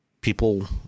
people